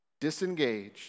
disengaged